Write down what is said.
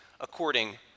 according